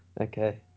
Okay